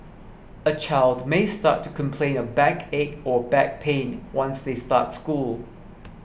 a child may start to complain of backache or back pain once they start school